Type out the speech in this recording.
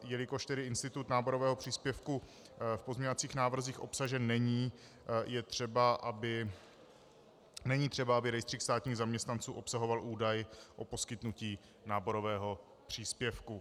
Jelikož institut náborového příspěvku v pozměňovacích návrzích obsažen není, není třeba, aby rejstřík státních zaměstnanců obsahoval údaj o poskytnutí náborového příspěvku.